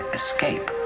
escape